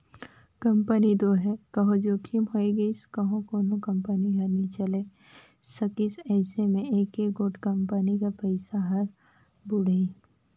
company दो हे कहों जोखिम होए गइस कहों कोनो कंपनी हर नी चले सकिस अइसे में एके गोट कंपनी कर पइसा हर बुड़ही